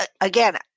again